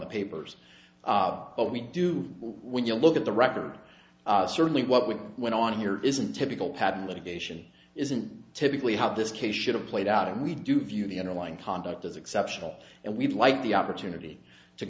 the papers but we do when you look at the record certainly what we went on here isn't typical patent litigation isn't typically how this case should have played out and we do view the underlying conduct as exceptional and we'd like the opportunity to